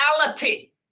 reality